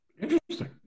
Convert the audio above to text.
Interesting